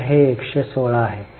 तर हे 116 आहे